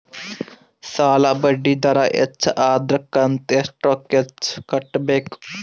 ಸಾಲಾ ಬಡ್ಡಿ ದರ ಹೆಚ್ಚ ಆದ್ರ ಕಂತ ಎಷ್ಟ ರೊಕ್ಕ ಹೆಚ್ಚ ಕಟ್ಟಬೇಕು?